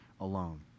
alone